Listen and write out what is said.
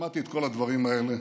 שמעתי את כל הדברים האלה.